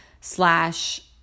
slash